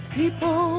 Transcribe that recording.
people